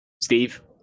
Steve